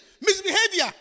misbehavior